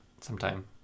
sometime